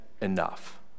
Enough